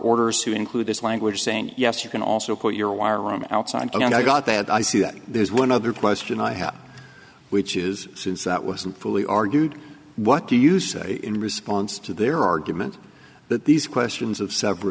orders to include this language saying yes you can also put your wire run outside and i got that i see that there's one other poster and i have which is since that wasn't fully argued what do you say in response to their argument that these questions of sever